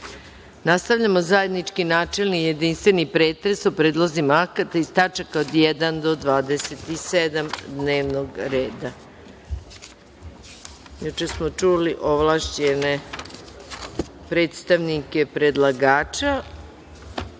tu. Nastavljamo zajednički, načelni, jedinstveni pretres o predlozima akata iz tačaka 1. do 27. dnevnog reda. Juče